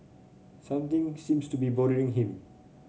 something seems to be bothering him